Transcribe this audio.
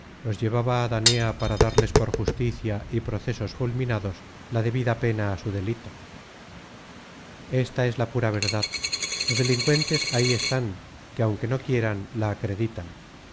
los llevaba á danea para darles por justicia y procesos fulminados la debida pena á su delito esta es la pura verdad los delincuentes ahí están que aunque no quieran la acreditan